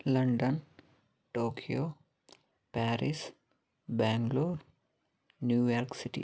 London Tokyo Paris Bengaluru New York city